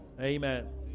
Amen